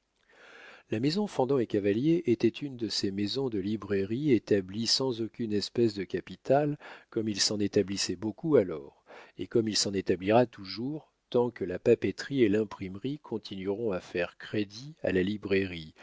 la maison fendant et cavalier était une de ces maisons de librairie établies sans aucune espèce de capital comme il s'en établissait beaucoup alors et comme il s'en établira toujours tant que la papeterie et l'imprimerie continueront à faire crédit à la librairie